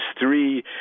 three